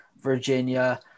Virginia